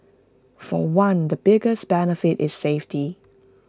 for one the biggest benefit is safety